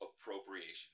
appropriation